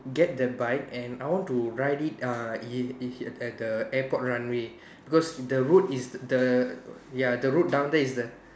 get the bike and I want to ride it uh it it at the airport runway because the road is the ya the road down there is the